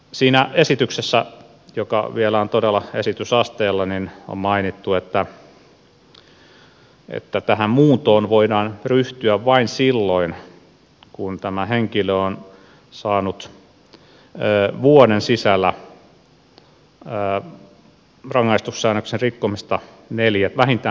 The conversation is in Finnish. siinä esityksessä joka vielä on todella esitysasteella on mainittu että tähän muuntoon voidaan ryhtyä vain silloin kun tämä henkilö on saanut vuoden sisällä rangaistussäännöksen rikkomisesta vähintään neljät sakot